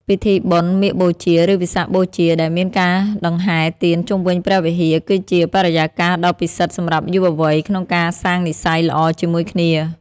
ពិធីបុណ្យ "មាឃបូជា" ឬ "វិសាខបូជា" ដែលមានការដង្ហែទៀនជុំវិញព្រះវិហារ គឺជាបរិយាកាសដ៏ពិសិដ្ឋសម្រាប់យុវវ័យក្នុងការសាងនិស្ស័យល្អជាមួយគ្នា។